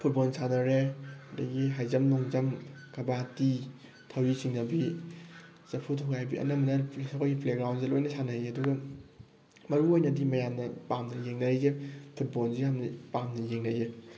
football ꯁꯥꯟꯅꯔꯦ ꯑꯗꯒꯤ ꯍꯥꯏꯖꯝ ꯂꯣꯡꯖꯝ ꯀꯕꯥꯇꯤ ꯊꯧꯔꯤ ꯆꯤꯡꯅꯕꯤ ꯆꯐꯨ ꯊꯨꯒꯥꯏꯕꯤ ꯑꯅꯝꯕꯅ ꯑꯩꯈꯣꯏꯒꯤ ꯄ꯭ꯂꯦꯒ꯭ꯔꯥꯎꯟꯁꯤꯗ ꯂꯣꯏꯅ ꯁꯥꯟꯅꯩꯌꯦ ꯑꯗꯨꯒ ꯃꯔꯨꯑꯣꯏꯅꯗꯤ ꯃꯌꯥꯝꯅ ꯄꯥꯝꯅ ꯌꯦꯡꯅꯔꯤꯁꯦ ꯐꯨꯠꯕꯣꯜꯁꯦ ꯌꯥꯝꯅ ꯄꯥꯝꯅ ꯌꯦꯡꯅꯩꯌꯦ